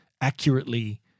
accurately